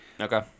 Okay